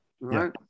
Right